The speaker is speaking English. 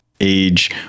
age